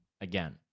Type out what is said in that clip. again